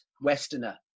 westerner